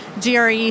GRE